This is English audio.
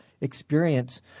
experience